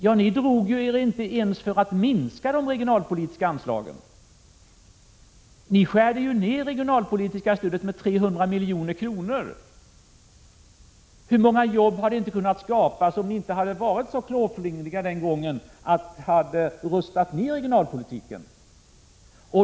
Men ni drog er ju inte ens för att minska de regionalpolitiska anslagen. Ni skar ner det regionalpolitiska stödet med 300 milj.kr. Hur många jobb hade inte kunnat skapas om ni inte varit så klåfingriga den gången att ni rustade ner regionalpolitiken?